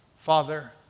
Father